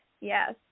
yes